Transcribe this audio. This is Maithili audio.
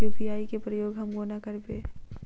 यु.पी.आई केँ प्रयोग हम कोना करबे?